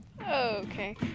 Okay